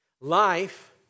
Life